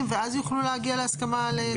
ואז יוכלו להגיע להסכמה על התחשבנות?